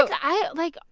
i, like